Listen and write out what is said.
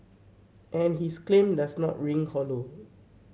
and his claim does not ring hollow